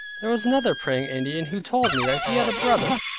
there was another praying indian, who told me, that he had a brother,